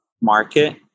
market